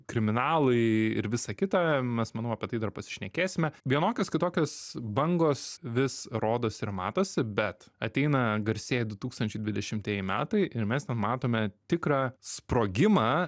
kriminalai ir visa kita mes manau apie tai dar pasišnekėsime vienokios kitokios bangos vis rodosi ir matosi bet ateina garsieji du tūkstančiai dvidešimtieji metai ir mes ten matome tikrą sprogimą